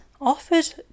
offered